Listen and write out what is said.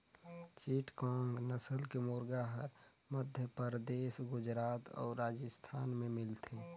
चिटगोंग नसल के मुरगा हर मध्यपरदेस, गुजरात अउ राजिस्थान में मिलथे